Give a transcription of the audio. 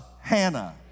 Hannah